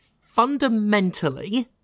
fundamentally